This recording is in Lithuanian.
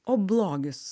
o blogis